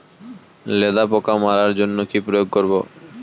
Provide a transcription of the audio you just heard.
লেদা পোকা মারার জন্য কি প্রয়োগ করব?